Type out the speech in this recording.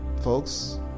folks